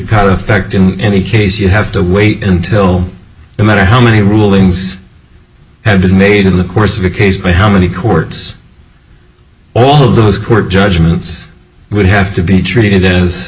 judicata effect in any case you have to wait until no matter how many rulings have been made in the course of a case by how many courts all of those court judgments would have to be treated as